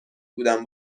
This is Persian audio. بودم